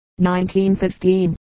1915